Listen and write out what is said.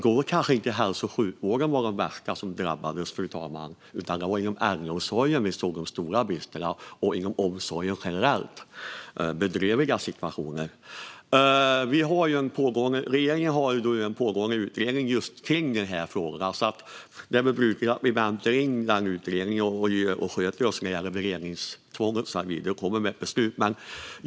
Det var inte hälso och sjukvården som drabbades värst, fru talman, utan det var inom äldreomsorgen och inom omsorgen generellt vi såg de stora bristerna. Det var bedrövliga situationer. Regeringen har en pågående utredning gällande just denna fråga. Vi väntar in den utredningen, sköter oss när det gäller beredningstvånget och kommer med ett beslut.